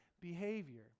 behavior